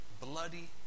bloody